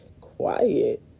quiet